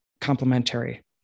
complementary